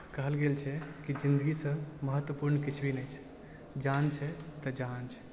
कहल गेल छै कि जिन्दगीसँ महत्वपूर्ण किछु भी नहि छै जान छै तऽ जहान छै